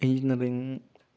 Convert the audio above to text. engineering